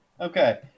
Okay